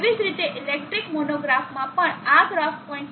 તેવી જ રીતે ઇલેક્ટ્રિક મોનોગ્રાફમાં પણ આ ગ્રાફ 0